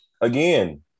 Again